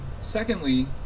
Secondly